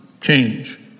change